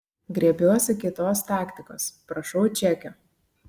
griebiuosi kitos taktikos prašau čekio